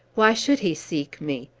why should he seek me?